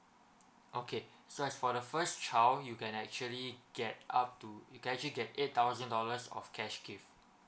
okay so as for the first child you can actually get up to you can actually get eight thousand dollars of cash gift